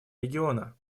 региона